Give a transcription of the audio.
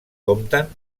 compten